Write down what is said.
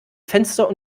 fenster